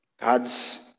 God's